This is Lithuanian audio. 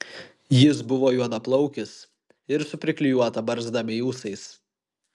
jis buvo juodaplaukis ir su priklijuota barzda bei ūsais